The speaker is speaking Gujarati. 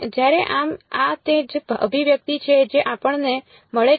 જ્યારે આમ આ તે જ અભિવ્યક્તિ છે જે આપણને મળે છે